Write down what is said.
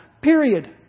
Period